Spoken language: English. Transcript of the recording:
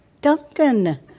Duncan